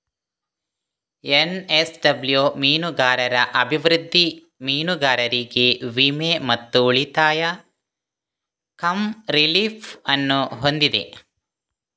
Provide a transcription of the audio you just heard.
NSW ಮೀನುಗಾರರ ಅಭಿವೃದ್ಧಿ, ಮೀನುಗಾರರಿಗೆ ವಿಮೆ ಮತ್ತು ಉಳಿತಾಯ ಕಮ್ ರಿಲೀಫ್ ಅನ್ನು ಹೊಂದಿದೆ